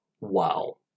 Wow